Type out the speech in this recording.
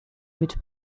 mit